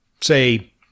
say